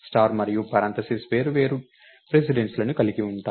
star మరియు parenthesis వేర్వేరు precedence లను కలిగి ఉంటాయి